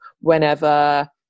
whenever